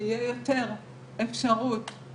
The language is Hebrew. פעם אחרונה שהייתי פה הייתה לפני 12 שנה,